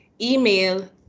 email